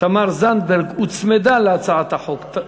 תמר זנדברג, הוצמדה להצעת החוק,